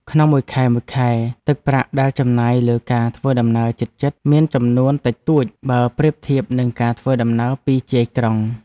ក្នុងមួយខែៗ ទឹកប្រាក់ដែលចំណាយលើការធ្វើដំណើរជិតៗ មានចំនួនតិចតួចបើប្រៀបធៀបនឹងការធ្វើដំណើរពីជាយក្រុង។